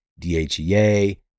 DHEA